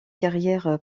carrière